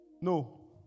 No